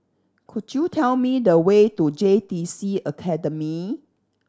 could you tell me the way to J T C Academy